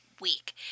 week